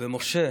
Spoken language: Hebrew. משה